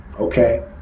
Okay